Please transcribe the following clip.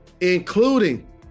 including